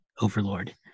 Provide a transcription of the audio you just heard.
Overlord